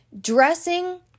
dressing